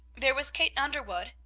there was kate underwood,